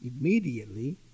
immediately